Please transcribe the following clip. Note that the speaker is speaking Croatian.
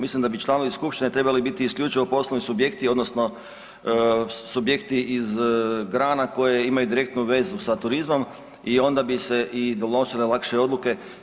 Mislim da bi članovi skupštine trebali biti isključivo poslovni subjekti odnosno subjekti iz grana koje imaju direktnu vezu sa turizmom i onda bi se i donosile lakše odluke.